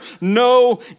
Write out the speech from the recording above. no